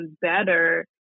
better